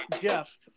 Jeff